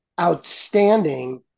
Outstanding